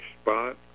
spot